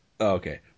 okay